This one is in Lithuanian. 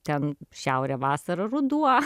ten šiaurė vasara ruduo